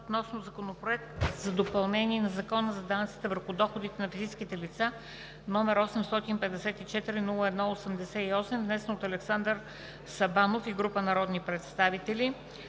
относно Законопроект за допълнение на Закона за данъците върху доходите на физическите лица, № 854-01-88, внесен от Александър Сабанов и група народни представители.